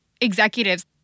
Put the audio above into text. executives